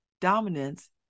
dominance